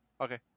Okay